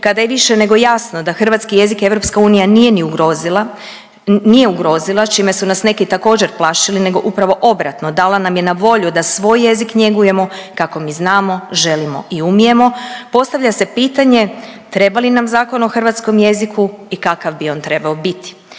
kada je više nego jasno da hrvatski jezik EU nije ni ugrozila, nije ugrozila čime su nas neki također plašili, nego upravo obratno dala nam je na volju da svoj jezik njegujemo kako mi znamo, želimo i umijemo. Postavlja se pitanje treba li nam Zakon o hrvatskom jeziku i kakav bi on trebao biti?